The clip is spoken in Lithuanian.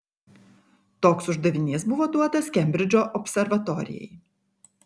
toks uždavinys buvo duotas kembridžo observatorijai